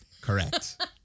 Correct